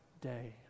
day